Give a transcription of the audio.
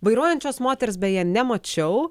vairuojančios moters beje nemačiau